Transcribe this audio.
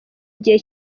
igihe